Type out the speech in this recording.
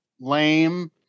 lame